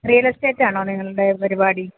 real estate ആണോ നിങ്ങളുടെ പരിപാടി